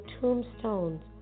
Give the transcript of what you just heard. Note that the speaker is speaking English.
tombstones